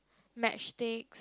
match sticks